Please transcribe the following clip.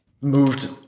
moved